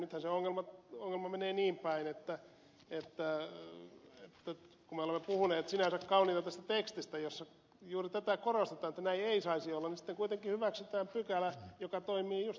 nythän se ongelma menee niinpäin että vaikka me olemme puhuneet sinänsä kauniita tästä tekstistä jossa juuri tätä korostetaan että näin ei saisi olla niin sitten kuitenkin hyväksytään pykälä joka toimii juuri toiseen suuntaan